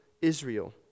Israel